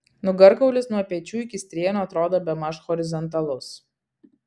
nugarkaulis nuo pečių iki strėnų atrodo bemaž horizontalus